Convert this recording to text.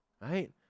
Right